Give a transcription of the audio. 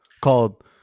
called